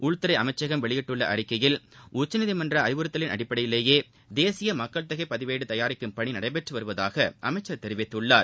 உள்துறை அமைச்சகம் வெளியிட்டுள்ள அறிக்கையில் உச்சநீதிமன்ற அறிவுறுத்தலின் அடிப்படையிலேயே தேசிய மக்கள் தொகைப் பதிவேடு தயாரிக்கும் பணி நடைபெற்று வருவதாக அமைச்சர் தெரிவித்தள்ளார்